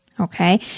Okay